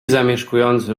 zamieszkujący